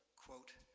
quote,